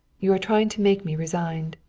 you are trying to make me resigned.